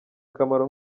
akamaro